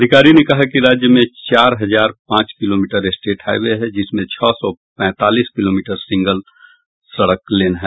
अधिकारी ने कहा कि राज्य में चार हजार पांच किलोमीटर स्टेट हाईवे है जिसमें से छह सौ पैंतालीस किलोमीटर सड़क सिंगल लेन है